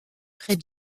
près